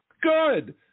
Good